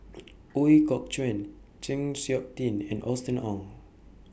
Ooi Kok Chuen Chng Seok Tin and Austen Ong